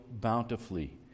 bountifully